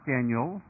Daniel